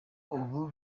ubu